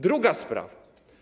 Druga sprawa.